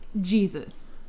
jesus